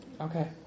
Okay